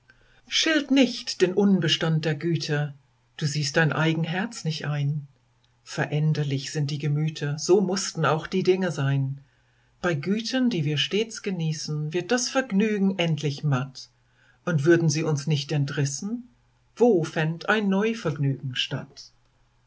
schilt nicht den unbestand der güter du siehst dein eigen herz nicht ein veränderlich sind die gemüter so mußten auch die dinge sein bei gütern die wir stets genießen wird das vergnügen endlich matt und würden sie uns nicht entrissen wo fänd ein neu vergnügen statt